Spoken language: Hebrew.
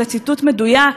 זה ציטוט מדויק,